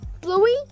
Bluey